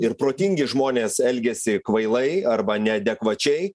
ir protingi žmonės elgiasi kvailai arba neadekvačiai